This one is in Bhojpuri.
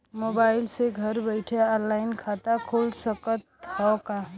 मोबाइल से घर बैठे ऑनलाइन खाता खुल सकत हव का?